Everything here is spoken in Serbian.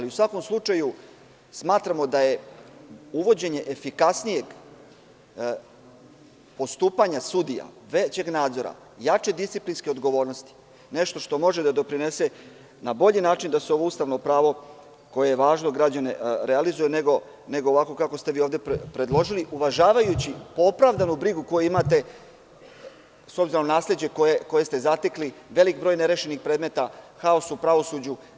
U svakom slučaju, smatramo da je uvođenje efikasnijeg postupanja sudija većeg nadzora, jače disciplinske odgovornosti nešto što može da doprinese na bolji način da se ovo ustavno pravo, koje je važno za građane, realizuje, nego ovako kako ste vi ovde predložili, uvažavajući opravdanu brigu koju imate s obzirom na nasleđe koje ste zatekli, veliki broj nerešenih predmeta, haos u pravosuđu.